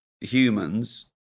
humans